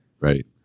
Right